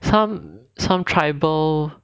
some some tribal